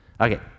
Okay